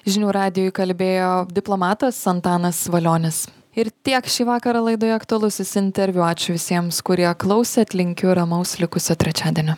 žinių radijui kalbėjo diplomatas antanas valionis ir tiek šį vakarą laidoje aktualusis interviu ačiū visiems kurie klausėt linkiu ramaus likusio trečiadienio